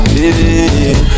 Baby